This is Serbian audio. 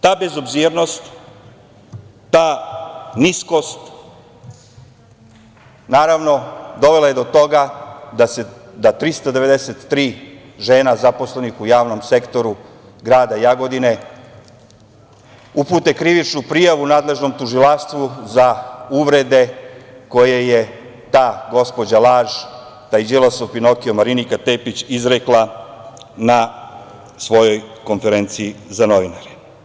Ta bezobzirnost, ta niskost, naravno dovela je do toga da 393 žena zaposlenih u javnom sektoru grada Jagodine upute krivičnu prijavu nadležnom tužilaštvu za uvrede koje je ta gospođa „laž“, taj „Đilasov Pinokio“, Marinika Tepić, izrekla na svojoj konferenciji za novinare.